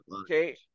okay